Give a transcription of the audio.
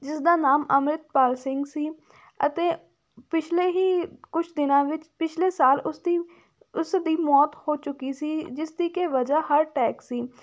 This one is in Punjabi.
ਜਿਸਦਾ ਨਾਮ ਅੰਮ੍ਰਿਤਪਾਲ ਸਿੰਘ ਸੀ ਅਤੇ ਪਿਛਲੇ ਹੀ ਕੁਛ ਦਿਨਾਂ ਵਿੱਚ ਪਿਛਲੇ ਸਾਲ ਉਸਤੀ ਉਸਦੀ ਮੌਤ ਹੋ ਚੁੱਕੀ ਸੀ ਜਿਸ ਦੀ ਕਿ ਵਜ੍ਹਾ ਹਾਟ ਅਟੈਕ ਸੀ